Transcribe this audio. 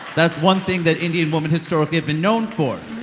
that's one thing that indian women historically have been known for